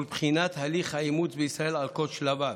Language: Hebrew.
ולבחינת הליך האימוץ בישראל על כל שלביו.